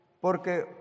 Porque